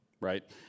right